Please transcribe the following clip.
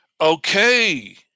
okay